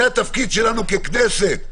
זה התפקיד שלנו ככנסת.